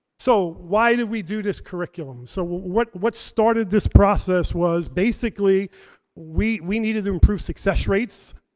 so, why did we do this curriculum? so what what started this process was basically we we needed to improve success rates,